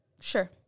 Sure